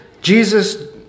Jesus